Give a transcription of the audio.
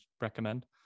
recommend